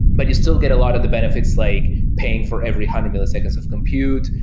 but you still get a lot of the benefits, like paying for every hundred milliseconds of compute.